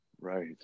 right